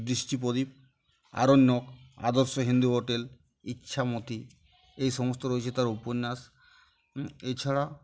দৃষ্টি প্রদীপ আরণ্যক আদর্শ হিন্দু হোটেল ইছামতী এই সমস্ত রয়েছে তার উপন্যাস এছাড়া